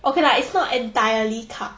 okay lah it's not entirely carb